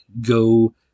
go